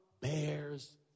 bears